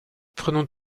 prenons